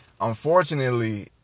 unfortunately